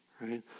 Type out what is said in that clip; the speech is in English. right